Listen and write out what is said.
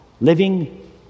living